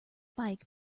bike